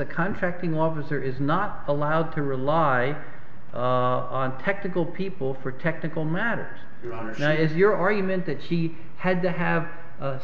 a contracting officer is not allowed to rely on technical people for technical matters as your argument that she had to have